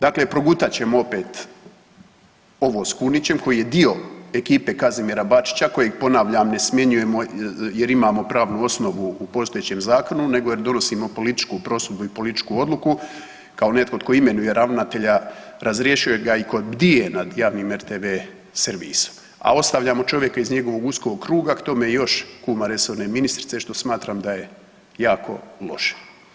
Dakle, progutat ćemo opet ovo s Kunićem koji je dio ekipe Kazimira Bačića kojeg ponavljam ne smjenjujemo jer imamo pravnu osnovu u postojećem zakonu, nego jer donosimo političku prosudbu i političku odluku kao netko tko imenuje ravnatelja, razrješuje ga i tko bdije nad javnim RTV-e servisom, a ostavljamo čovjeka iz njegovog uskog kruga k tome još kuma resorne ministrice što smatram da je jako loše.